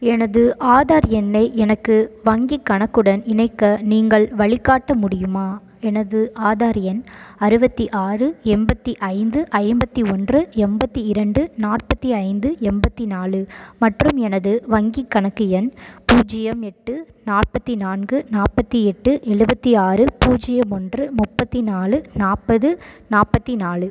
எனது ஆதார் எண்ணை எனக்கு வங்கிக் கணக்குடன் இணைக்க நீங்கள் வழிகாட்ட முடியுமா எனது ஆதார் எண் அறுபத்தி ஆறு எண்பத்தி ஐந்து ஐம்பத்தி ஒன்று எண்பத்தி இரண்டு நாற்பத்தி ஐந்து எண்பத்தி நாலு மற்றும் எனது வங்கிக் கணக்கு எண் பூஜ்ஜியம் எட்டு நாற்பத்தி நான்கு நாற்பத்தி எட்டு எழுபத்தி ஆறு பூஜ்ஜியம் ஒன்று முப்பத்தி நாலு நாற்பது நாற்பத்தி நாலு